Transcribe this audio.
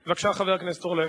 בבקשה, חבר הכנסת זבולון אורלב.